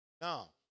Now